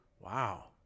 Wow